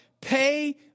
Pay